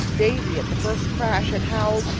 davy at the first crash had howled,